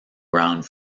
ground